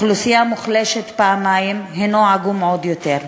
אוכלוסייה מוחלשת פעמיים, הוא עגום עוד יותר.